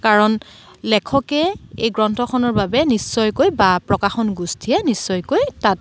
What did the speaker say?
কাৰণ লেখকে এই গ্ৰন্থখনৰ বাবে নিশ্চয়কৈ বা প্ৰকাশন গোষ্ঠীয়ে নিশ্চয়কৈ তাত